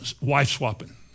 wife-swapping